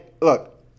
look